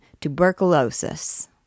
tuberculosis